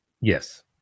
Yes